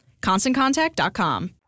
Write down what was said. ConstantContact.com